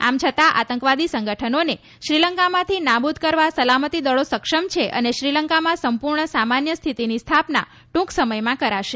આમ છતાં આતંકવાદી સંગઠનોને શ્રીલંકામાંથી નાબુદ કરવા સલામતી દળો સક્ષમ છે અને શ્રીલંકામાં સંપૂર્ણ સામાન્ય સ્થિતિની સ્થાપના ટૂંક સમયમાં કરાશે